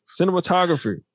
cinematography